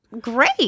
great